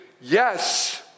Yes